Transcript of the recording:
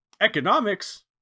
economics